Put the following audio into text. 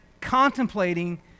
contemplating